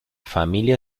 familia